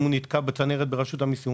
אם הוא נתקע בצנרת ברשות המסים.